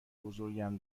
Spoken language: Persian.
بزرگم